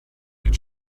did